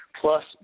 plus